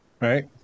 right